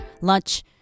lunch